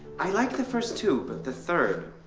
i like the first two, but the third.